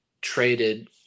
traded